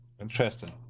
Interesting